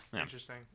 Interesting